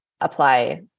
apply